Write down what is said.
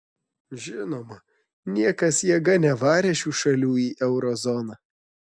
žinoma niekas jėga nevarė šių šalių į euro zoną